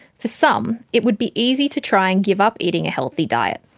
for some, it would be easy to try and give up eating a healthy diet.